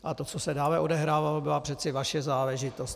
A to, co se dále odehrávalo, byla přece vaše záležitost.